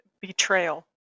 betrayal